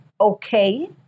okay